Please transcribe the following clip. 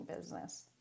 business